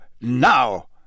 now